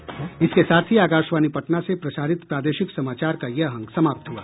इसके साथ ही आकाशवाणी पटना से प्रसारित प्रादेशिक समाचार का ये अंक समाप्त हुआ